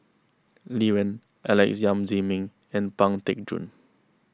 Lee Wen Alex Yam Ziming and Pang Teck Joon